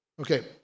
Okay